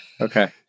Okay